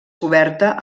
coberta